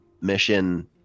mission